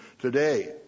today